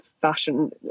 fashion